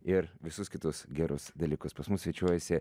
ir visus kitus gerus dalykus pas mus svečiuojasi